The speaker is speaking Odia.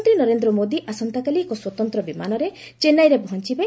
ପ୍ରଧାନମନ୍ତ୍ରୀ ନରେନ୍ଦ୍ର ମୋଦି ଆସନ୍ତାକାଲି ଏକ ସ୍ୱତନ୍ତ୍ର ବିମାନରେ ଚେନ୍ନାଇରେ ପହଞ୍ଚବେ